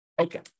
Okay